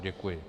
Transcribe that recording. Děkuji.